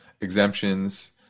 exemptions